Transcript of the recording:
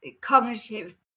cognitive